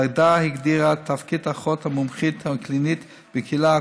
הוועדה הגדירה את תפקיד האחות המומחית הקלינית בקהילה,